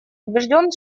убежден